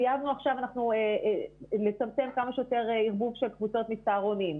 חייבנו לצמצם כמה שיותר ערבוב של קבוצות מצהרונים,